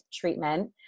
treatment